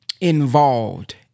involved